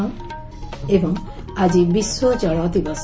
ଏବଂ ଆଜି ବିଶ୍ୱ ଜଳ ଦିବସ